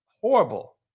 horrible